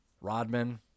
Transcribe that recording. Rodman